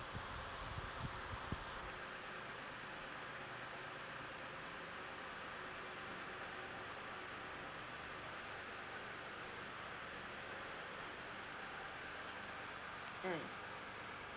mm